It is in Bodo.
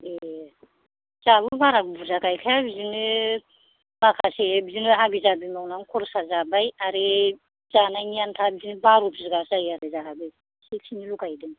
ए जोहाबो बारा बुरजा गायखाया बिदिनो माखासे बिदिनो हाबि जाबि मावनानै खरसा जाबाय आरो जानायनि आन्था बिदिनो बार' बिघा जायो आरो जोहाबो बेसे खिनिल' गायदों